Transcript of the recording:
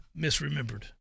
misremembered